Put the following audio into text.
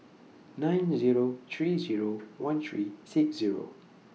nine Zero three Zero one three six Zero